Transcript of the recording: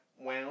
wow